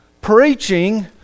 preaching